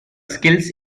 skills